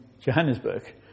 Johannesburg